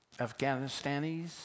Afghanistanis